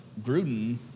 Gruden